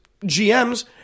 GMs